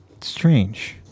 strange